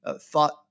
thought